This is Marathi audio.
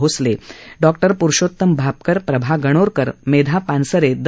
Bhosale doctor Purushottam Bhapkar Prabha Ganorkar Megha Pansare the